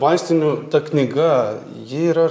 vaistinių ta knyga ji yra